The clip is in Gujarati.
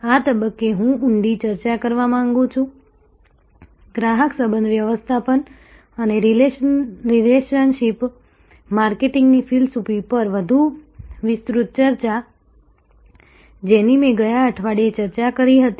આ તબક્કે હું ઊંડી ચર્ચામાં જવા માંગુ છું ગ્રાહક સંબંધ વ્યવસ્થાપન અને રિલેશનશિપ માર્કેટિંગની ફિલસૂફી પર વધુ વિસ્તૃત ચર્ચા જેની મેં ગયા અઠવાડિયે ચર્ચા કરી હતી